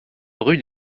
rue